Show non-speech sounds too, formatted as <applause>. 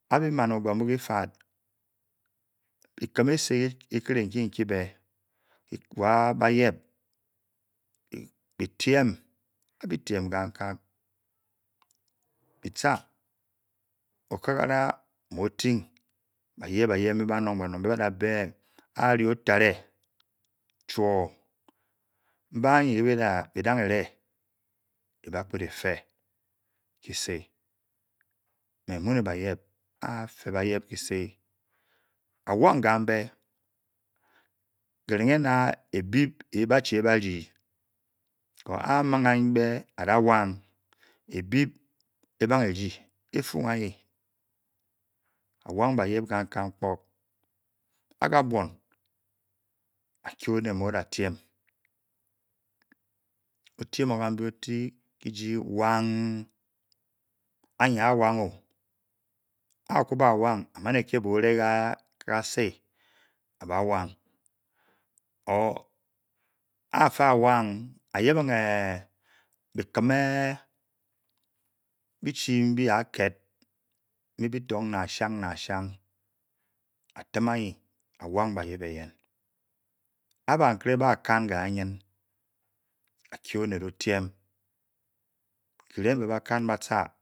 A be men ke ba nke lefad ke kem a soy mke nkebe wa ba yep be them lyme a be tyme ke ku guang be tah opakala nmo theng baye baye mbe kanong a ye otare chor <hesitation> mhe aye kela be ra pkel ele hesi me mu le ba yep a fe baye kese awank kam be kcheng na a beb abachi a badi a mong pam be ana wank ebeb eha de efung aye oh wanik ba yep kang kang ah ka bion